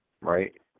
Right